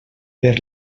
per